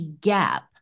gap